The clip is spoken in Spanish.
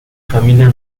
familia